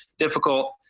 difficult